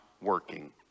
working